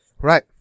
Right